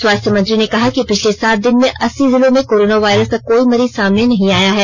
स्वास्थ्य मंत्री ने कहा कि पिछले सात दिन में अस्सी जिलों में कोरोना वायरस का कोई मरीज सामने नहीं आया है